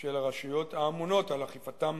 של הרשויות האמונות על אכיפתם